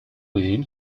within